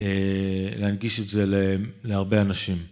להנגיש את זה להרבה אנשים.